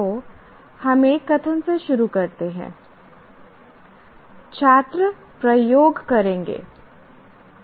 तो हम एक कथन से शुरू करते हैं छात्र प्रयोग करेंगे